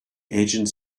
agent